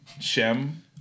Shem